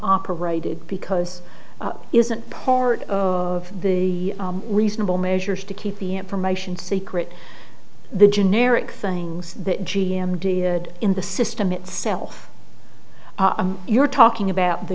operated because isn't part of the reasonable measures to keep the information secret the generic things that g m did in the system itself you're talking about the